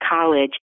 College